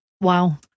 Wow